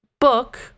book